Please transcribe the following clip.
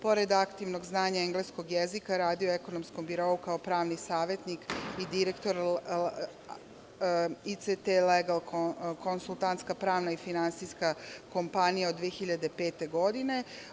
Pored aktivnog znanja engleskog jezika, radio je u „Ekonomskom birou“ kao pravni savetnik i direktor „ICT Legal“, konsultantska, pravna i finansijska kompanija, od 2005. godine.